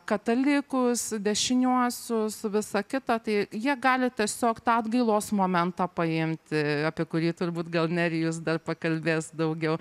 katalikus dešiniuosius visa kita tai jie gali tiesiog tą atgailos momentą paimti apie kurį turbūt gal nerijus dar pakalbės daugiau